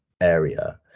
area